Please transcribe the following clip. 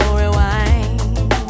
rewind